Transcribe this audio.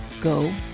Go